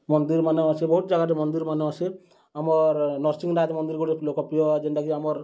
ମନ୍ଦିର୍ମାନେ ଅଛେ ବହୁତ୍ ଜାଗାରେ ମନ୍ଦିର୍ମାନେ ଅଛେ ଆମର୍ ନର୍ସିଂହନାଥ୍ ମନ୍ଦିର୍ ଗୁଟେ ଲୋକପ୍ରିୟ ଯେନ୍ଟାକି ଆମର୍